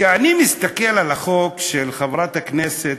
כשאני מסתכל על החוק של חברת הכנסת,